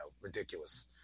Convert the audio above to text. ridiculous